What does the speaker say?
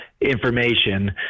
information